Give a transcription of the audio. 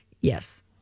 Yes